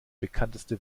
bekannteste